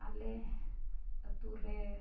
ᱟᱞᱮ ᱟᱛᱳᱨᱮ